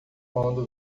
quando